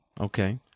Okay